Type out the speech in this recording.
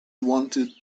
wanted